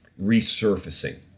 resurfacing